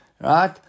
Right